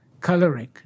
coloring